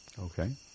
Okay